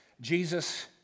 Jesus